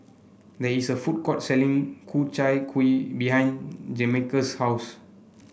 there is a food court selling Ku Chai Kuih behind Jamarcus' house